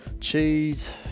cheese